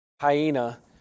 hyena